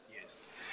Yes